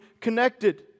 connected